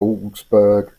augsburg